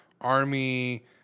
army